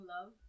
love